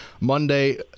Monday